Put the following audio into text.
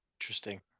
Interesting